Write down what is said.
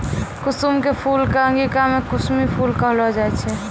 कुसुम के फूल कॅ अंगिका मॅ कुसमी फूल कहलो जाय छै